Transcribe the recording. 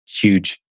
huge